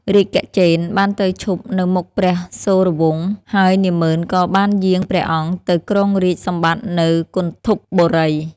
រាជគជេន្ទ្របានទៅឈប់នៅមុខព្រះសូរវង្ស ហើយនាម៉ឺនក៏បានយាងព្រះអង្គទៅគ្រងរាជ្យសម្បត្តិនៅគន្ធពបុរី ។